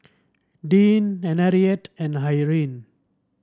Deann Henriette and Irene